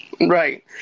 Right